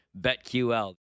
betql